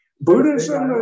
Buddhism